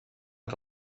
que